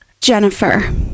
Jennifer